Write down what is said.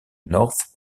north